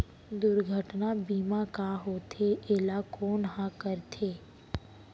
दुर्घटना बीमा का होथे, एला कोन ह करथे?